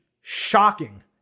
shocking